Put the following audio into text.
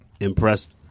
impressed